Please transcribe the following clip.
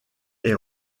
est